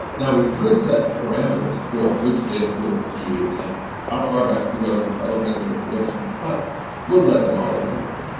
now we could set the parameters for which data fields to use and how far back to go in developing the prediction, but we'll let the model do that.